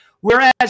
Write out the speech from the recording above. Whereas